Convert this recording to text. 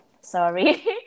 Sorry